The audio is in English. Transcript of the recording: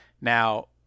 Now